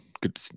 Good